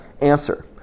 answer